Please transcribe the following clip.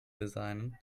designen